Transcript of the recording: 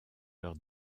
leur